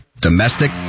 domestic